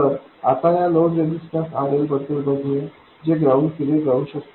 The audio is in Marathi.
तर आता या लोड रेझिस्टर RL बद्दल बघूया जे ग्राउंड केले जाऊ शकते